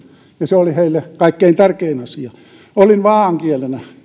se oli heille kaikkein tärkein asia olin vaaankielenä